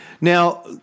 Now